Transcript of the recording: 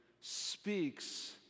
speaks